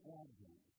advent